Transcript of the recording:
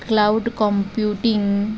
cloud computing